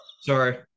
Sorry